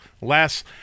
last